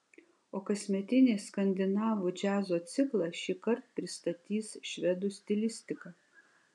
o kasmetinį skandinavų džiazo ciklą šįkart pristatys švedų stilistika